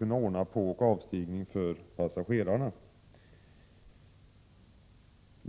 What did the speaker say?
ordna påoch avstigning för passagerare.